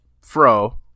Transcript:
Fro